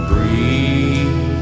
Breathe